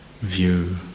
view